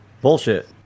Bullshit